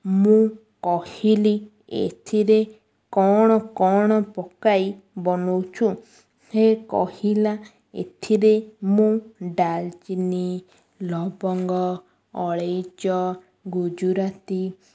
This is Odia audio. ମୁଁ କହିଲି ଏଥିରେ କ'ଣ କ'ଣ ପକାଇ ବନାଉଛୁ ସେ କହିଲା ଏଥିରେ ମୁଁ ଡାଲଚିନି ଲବଙ୍ଗ ଅଳେଇଚ ଗୁଜୁରାତି